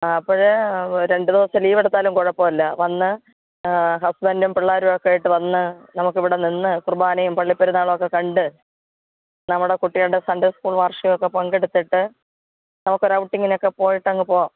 ആ അപ്പോഴേ രണ്ടു ദിവസം ലീവെടുത്താലും കുഴപ്പമില്ല വന്ന് ഹസ്ബൻറ്റും പിള്ളാരും ഒക്കെ ആയിട്ട് വന്ന് നമുക്കിവിടെ നിന്ന് കുര്ബാനയും പള്ളിപ്പെരുന്നാളുമൊക്കെ കണ്ട് നമ്മുടെ കുട്ടികള്കുടെ സൺഡേ സ്കൂൾ വാര്ഷികമൊക്കെ പങ്കെടുത്തിട്ട് നമുക്കൊരൗട്ടിങ്ങിനൊക്കെ പോയിട്ടങ്ങു പോകാം